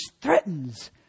threatens